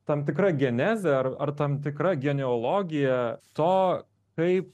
tam tikra genezė ar ar tam tikra genealogija to kaip